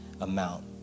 amount